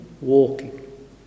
walking